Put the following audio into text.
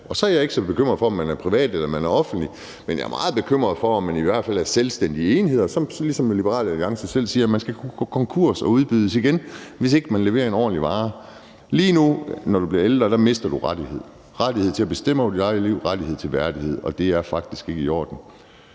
Og så er jeg ikke så bekymret for, om man er privat eller man er offentlig, men jeg er meget optaget af, at man i hvert fald er selvstændige enheder, sådan at man, som Liberal Alliance selv siger, skal kunne gå konkurs og udbydes igen, hvis ikke man leverer en ordentlig vare. Lige nu er det sådan, at når du bliver ældre, mister du rettigheder – rettigheden til at bestemme over dit eget liv, rettigheden til værdighed. Og det er faktisk ikke i orden.